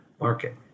market